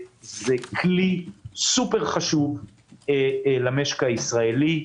זה כלי סופר חשוב למשק הישראלי.